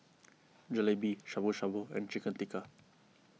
Jalebi Shabu Shabu and Chicken Tikka